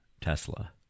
Tesla